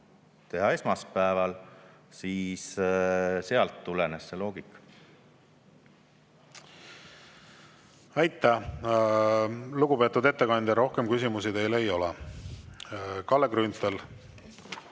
teha esmaspäeval, siis sealt tulenes see loogika. Aitäh, lugupeetud ettekandja! Rohkem küsimusi teile ei ole. Kalle Grünthal,